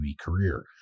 career